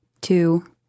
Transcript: two